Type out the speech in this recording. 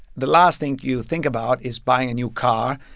the last thing you think about is buying a new car,